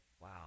wow